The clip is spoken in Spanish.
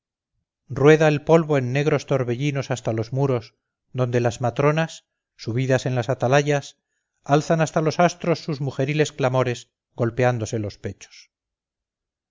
rueda el polvo en negros torbellinos hasta los muros donde las matronas subidas en las atalayas alzan hasta los astros sus mujeriles clamores golpeándose los pechos